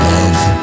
Love